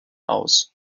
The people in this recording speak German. aus